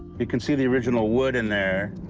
you can see the original wood in there,